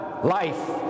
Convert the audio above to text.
Life